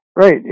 Right